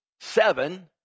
seven